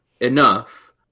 enough